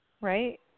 right